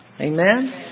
Amen